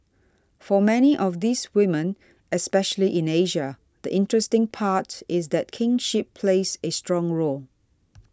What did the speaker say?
for many of these women especially in Asia the interesting part is that kinship plays a strong role